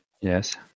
Yes